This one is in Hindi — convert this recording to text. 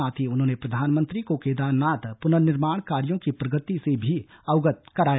साथ ही उन्होंने प्रधानमंत्री को केदारनाथ पुनर्निर्माण कार्यों की प्रगति से भी अवगत कराया